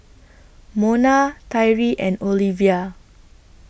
Mona Tyree and Oliva